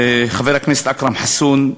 אל חבר הכנסת אכרם חסון,